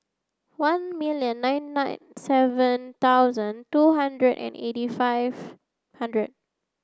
one million nine nine seven thousand two hundred and eighty five hundred